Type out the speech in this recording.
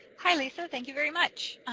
hi lisa, thank you very much.